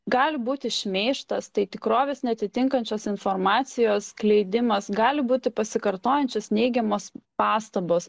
gali būti šmeižtas tai tikrovės neatitinkančios informacijos skleidimas gali būti pasikartojančios neigiamos pastabos